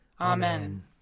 Amen